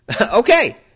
okay